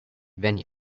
venue